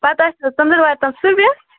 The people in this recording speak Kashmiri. پَتہٕ آسیا ژنٛدٕروارِ تانۍ سُوِتھ